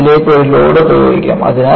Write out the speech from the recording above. നമുക്ക് ഇതിലേക്ക് ഒരു ലോഡ് പ്രയോഗിക്കാം